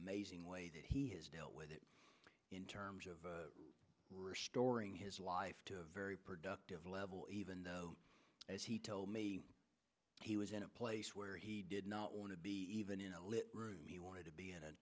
amazing ways that he has dealt with it in terms of restoring his life to very productive level even though as he told me he was in a place where he did not want to be even in a little room he wanted to be in a